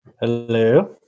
hello